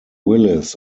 willis